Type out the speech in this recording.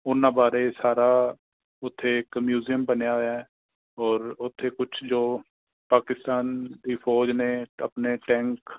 ਉਨ੍ਹਾਂ ਬਾਰੇ ਸਾਰਾ ਉੱਥੇ ਇੱਕ ਮਿਊਜ਼ੀਅਮ ਬਣਿਆ ਹੋਇਆ ਹੈ ਔਰ ਉੱਥੇ ਕੁਛ ਜੋ ਪਾਕਿਸਤਾਨ ਦੀ ਫੋਜ ਨੇ ਆਪਨੇ ਟੈਂਕ